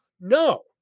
no